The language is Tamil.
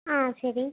ஆ சரி